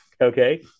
Okay